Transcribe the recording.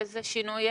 איזה שינוי יש?